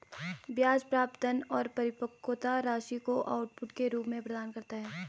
ब्याज प्राप्त धन और परिपक्वता राशि को आउटपुट के रूप में प्रदान करता है